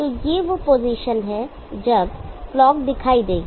तो ये वो पोजीशन हैं जब क्लॉक दिखाई देगी